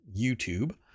YouTube